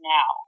Now